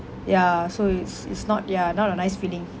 ya so it's it's not ya not a nice feeling